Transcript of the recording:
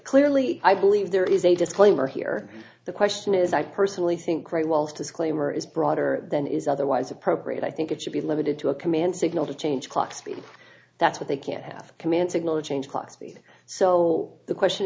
clearly i believe there is a disclaimer here the question is i personally think right while disclaimer is broader than is otherwise appropriate i think it should be limited to a command signal to change clock speed that's what they can't have command signal or change class b so the question